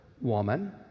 Woman